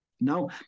Now